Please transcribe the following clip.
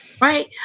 right